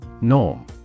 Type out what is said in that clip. Norm